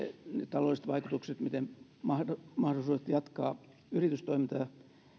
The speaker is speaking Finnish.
taloudelliset vaikutukset se miten mahdollisuudet jatkaa yritystoimintaa